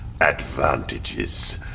advantages